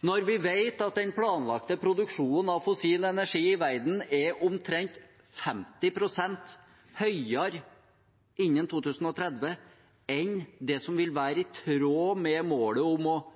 Når vi vet at den planlagte produksjonen av fossil energi i verden vil være omtrent 50 pst. høyere innen 2030 enn det som vil være i tråd med målet om ikke å